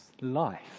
life